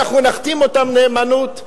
אנחנו נחתים אותם על נאמנות.